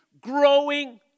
growing